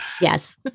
Yes